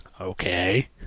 Okay